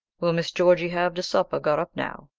will miss georgy have de supper got up now?